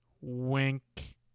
wink